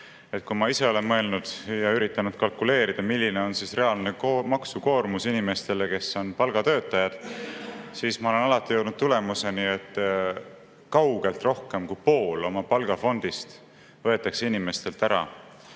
Kui ma ise olen mõelnud ja üritanud kalkuleerida, milline on reaalne maksukoormus inimestele, kes on palgatöötajad, siis ma olen alati jõudnud tulemuseni, et kaugelt rohkem kui pool oma palgafondist võetakse inimestelt ära